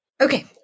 Okay